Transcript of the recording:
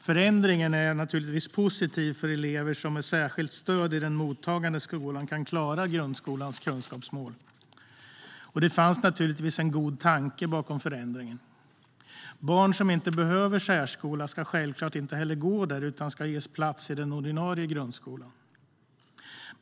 Förändringen är naturligtvis positiv för elever som med särskilt stöd i den mottagande skolan kan klara grundskolans kunskapsmål. Det fanns givetvis en god tanke bakom förändringen. Barn som inte behöver särskola ska självklart inte heller gå där utan ges plats i den ordinarie grundskolan.